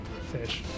Fish